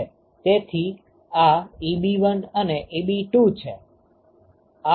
તેથી આ Eb1 અને Eb2 છે